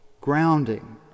grounding